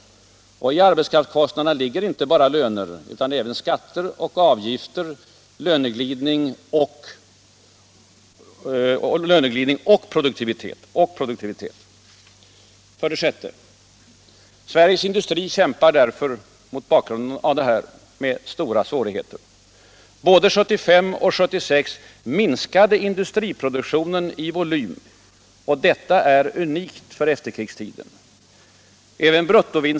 I arbetskraftskostnaderna ligger inte bara löner utan även skatter och avgifter, löneglidning och produktivitet.